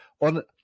on